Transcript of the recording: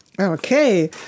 Okay